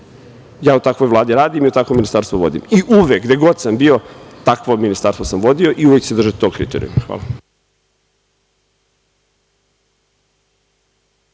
Ja u takvoj Vladi radim i takvo Ministarstvo vodim i uvek gde god sam bio takvo ministarstvo sam vodio i uvek ću se držati tog kriterijuma. Hvala.